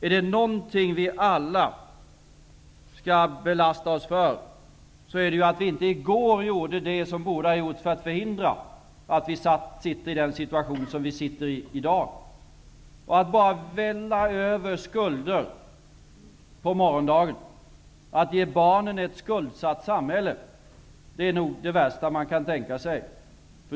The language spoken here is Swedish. Om det är något vi alla skall lastas för, är det att vi inte i går gjorde det som borde ha gjorts för att förhindra den situation som vi i dag befinner oss i. Att bara vältra över skulder till morgondagen, att ge barnen ett skuldsatt samhälle, är nog det värsta man kan tänka sig.